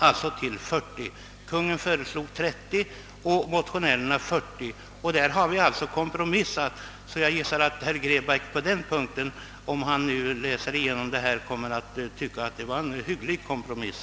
Kungl. Maj:t föreslog 30 och motionärerna 40 år. Vi har alltså kompromissat, och jag tror att herr Grebäck vid genomläsandet kommer att finna att detta är en hygglig kompromiss.